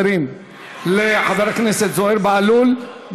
לחבר הכנסת זוהיר בהלול,